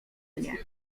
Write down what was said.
mnie